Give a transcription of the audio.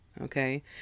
Okay